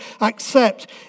accept